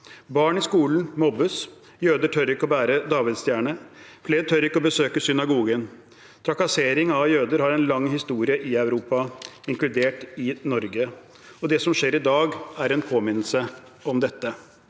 Barn i skolen mobbes. Jøder tør ikke å bære davidsstjerne. Flere tør ikke å besøke synagogen. Trakassering av jøder har en lang historie i Europa, inkludert i Norge, og det som skjer i dag, er en påminnelse om dette.